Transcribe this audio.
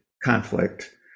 Conflict